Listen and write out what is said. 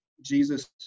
Jesus